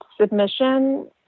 submission